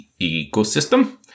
ecosystem